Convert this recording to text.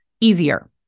easier